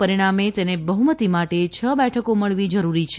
પરિણામે તેને બહ્મતી માટે છ બેઠકો મળવી જરૂરી છે